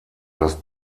das